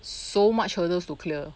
so much hurdles to clear